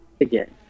again